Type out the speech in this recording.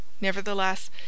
Nevertheless